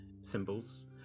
symbols